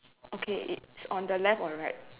okay it's on the left or right